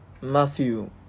Matthew